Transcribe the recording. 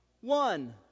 one